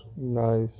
Nice